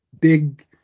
big